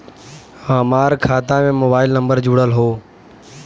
हमार खाता में मोबाइल नम्बर जुड़ल हो?